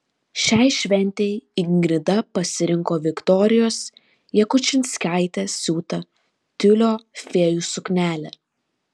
šiai šventei ingrida pasirinko viktorijos jakučinskaitės siūtą tiulio fėjų suknelę